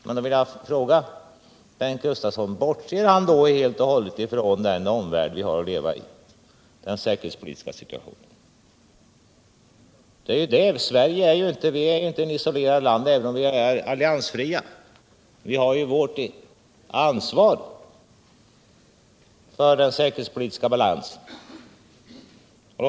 Men jag vill fråga Bengt Gustavsson om han helt och hållet bortser från den omvärld vi lever i och den säkerhetspolitiska situationen. Även om Sverige är alliansfritt, så är Sverige inte ett isolerat land. Vi har vårt ansvar för den säkerhetspolitiska balansen.